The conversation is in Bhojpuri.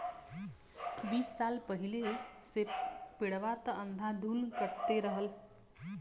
बीस साल पहिले से पेड़वा त अंधाधुन कटते रहल